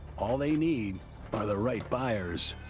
all they need are the right buyers.